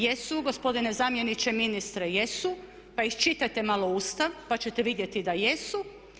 Jesu gospodine zamjeniče ministra jesu pa i čitajte malo Ustav pa ćete vidjeti da jesu.